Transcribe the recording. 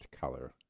color